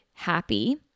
happy